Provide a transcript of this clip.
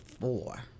four